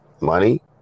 money